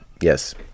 Yes